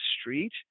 street